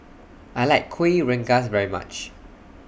I like Kuih Rengas very much